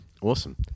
Awesome